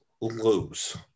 lose